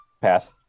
Pass